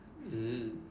mm